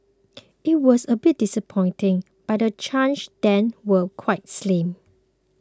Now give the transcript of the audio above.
it was a bit disappointing but the chances then were quite slim